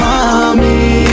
Mommy